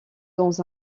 dans